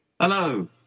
Hello